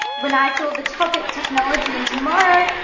when i saw the topic technology and tomorrow,